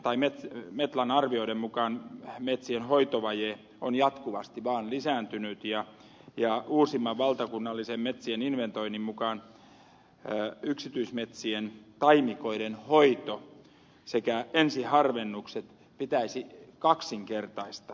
nimittäin metlan arvioiden mukaan metsien hoitovaje on jatkuvasti vaan lisääntynyt ja uusimman valtakunnallisen metsien inventoinnin mukaan yksityismetsien taimikoiden hoito sekä ensiharvennukset pitäisi kaksinkertaistaa